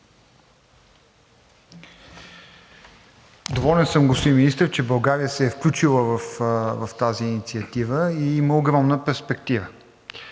Доволен съм, господин Министър, че България се е включила в тази инициатива и има огромна перспектива,